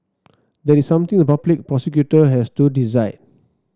that is something the public prosecutor has to decide